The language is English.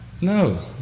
No